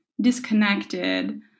disconnected